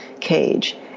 cage